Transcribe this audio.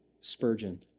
Spurgeon